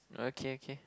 okay okay